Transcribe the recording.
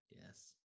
Yes